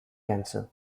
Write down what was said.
cancer